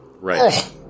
Right